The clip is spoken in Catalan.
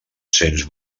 cents